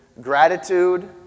gratitude